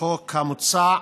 הוא התובע,